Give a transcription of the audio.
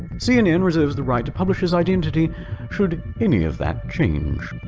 cnn reserves the right to publish his identity should any of that change.